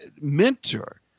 mentor